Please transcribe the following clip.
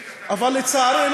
תכף.